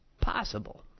possible